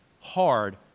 hard